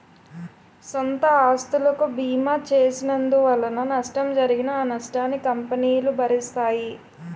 సొంత ఆస్తులకు బీమా చేసినందువలన నష్టం జరిగినా ఆ నష్టాన్ని కంపెనీలు భరిస్తాయి